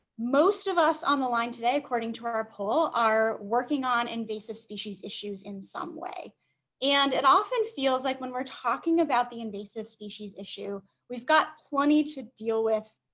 most of us on the line today according to our poll are working on invasive species issues in some way and it often feels like when we're talking about the invasive species issue we've got plenty to deal with